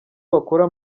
bakura